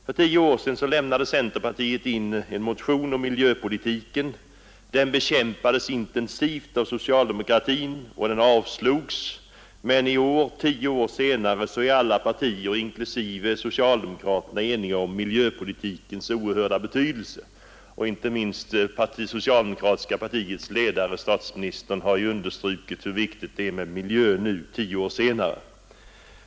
För tio år sedan lämnade centerpartiet in en motion om miljöpolitiken. Den bekämpades intensivt av socialdemokratin och den avslogs, men i år, tio år senare, är alla partier inklusive det socialdemokratiska eniga om miljöpolitikens oerhörda betydelse. Inte minst det socialdemokratiska partiets ledare, statsministern, har nu understrukit hur viktigt det är med miljöpolitik.